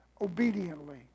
obediently